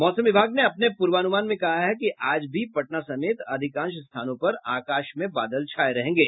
मौसम विभाग ने अपने पूर्वानुमान में कहा है कि आज भी पटना समेत अधिकांश स्थानों पर आकाश में बादल छाये रहेंगे